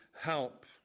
help